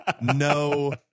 No